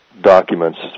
documents